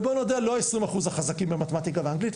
ובואו נודה, לא 20% החזקים במתמטיקה ואנגלית.